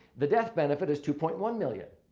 the death benefit is two point one million.